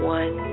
one